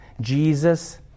Jesus